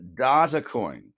Datacoin